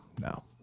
no